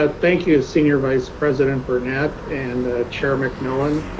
ah thank you, senior vice president burnett and chair mcmillan,